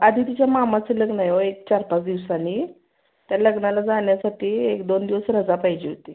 अदितीच्या मामाचं लग्न आहे हो एक चार पाच दिवसांनी त्या लग्नाला जाण्यासाठी एक दोन दिवस रजा पाहिजे होती